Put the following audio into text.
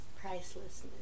pricelessness